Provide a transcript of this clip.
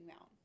out